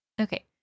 Okay